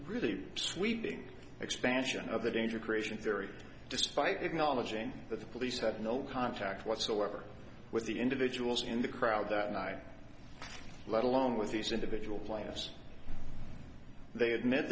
really sweeping expansion of the danger creation theory despite acknowledging that the police had no contact whatsoever with the individuals in the crowd that night let alone with these individual plaintiffs they admit